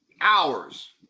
hours